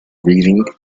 reading